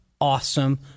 awesome